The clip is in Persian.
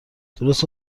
درست